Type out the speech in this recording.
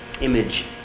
image